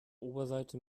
oberseite